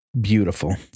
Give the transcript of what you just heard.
beautiful